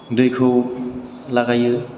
दैखौ लागायो